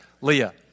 Leah